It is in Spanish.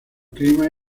clima